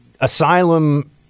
asylum